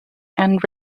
and